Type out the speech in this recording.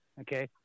Okay